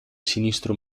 sinistro